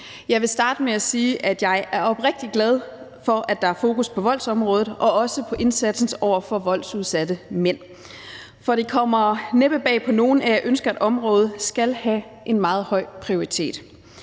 Jeg vil starte med at sige, at jeg er oprigtig glad for, at der er fokus på voldsområdet og også på indsatsen over for voldsudsatte mænd, for det kommer næppe bag på nogen, at jeg ønsker, at området skal have en meget høj prioritet.